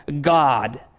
God